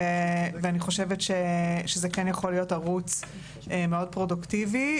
ואני חושבת שזה כן יכול להיות ערוץ מאוד פרודוקטיבי.